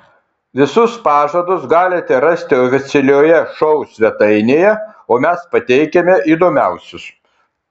visus pažadus galite rasti oficialioje šou svetainėje o mes pateikiame įdomiausius